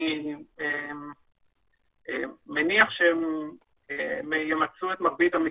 אני מניח שהם ימצו את מרבית המקרים.